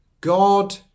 god